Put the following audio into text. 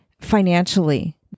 financially